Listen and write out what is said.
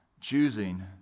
choosing